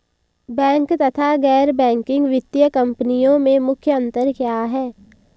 Bank तथा गैर banking वित्तीय कंपनियों में मुख्य अंतर क्या है?